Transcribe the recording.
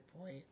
point